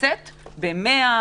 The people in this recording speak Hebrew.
לצאת ב-100,